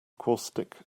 caustic